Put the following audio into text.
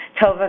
Tova